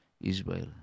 israel